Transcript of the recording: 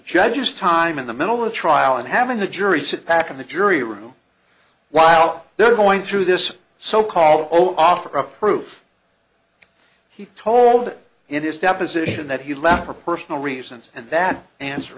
judge's time in the middle of the trial and having the jury sit back in the jury room while they're going through this so called whole offer a proof he told in his deposition that he left for personal reasons and that answer